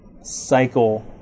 cycle